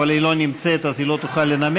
אבל היא לא נמצאת אז היא לא תוכל לנמק.